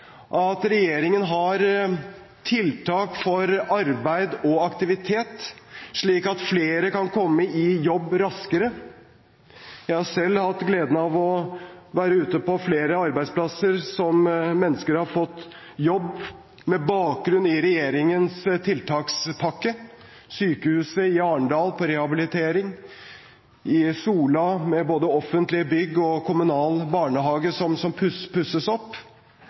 at regjeringen har tiltak for arbeid og aktivitet, slik at flere kan komme i jobb raskere. Jeg har selv hatt gleden av å være ute på flere arbeidsplasser der mennesker har fått jobb med bakgrunn i regjeringens tiltakspakke – ved Sykehuset i Arendal, på rehabiliteringen, i Sola, med både offentlige bygg og kommunal barnehage som pusses opp.